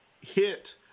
hit